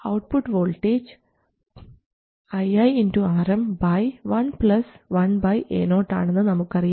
output voltage ii Rm 1 1 Ao ആണെന്ന് നമുക്കറിയാം